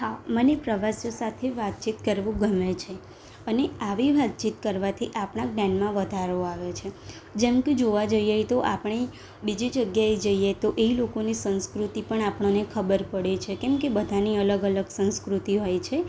હા મને પ્રવાસીઓ સાથે વાતચીત કરવું ગમે છે અને આવી વાતચીત કરવાથી આપણા જ્ઞાનમાં વધારો આવે છે જેમ કે જોવા જઈએ તો આપણે બીજી જગ્યાએ જઈએ તો એ લોકોની સંસ્કૃતિ પણ આપણને ખબર પડે છે કેમ કે બધાંની અલગ અલગ સંસ્કૃતિ હોય છે